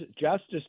Justice